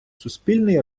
суспільний